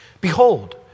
behold